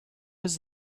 was